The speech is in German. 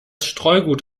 streugut